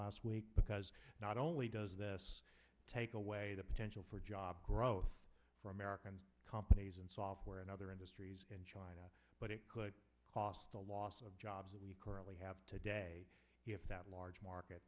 jobs because not only does this take away the potential for job growth for american companies and software and other industries in china but it could cost the loss of jobs we currently have today if that large market